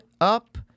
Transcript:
up